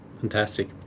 Fantastic